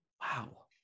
Wow